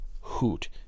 hoot